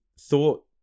thought